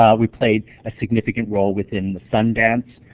um we played a significant role within the sun dance.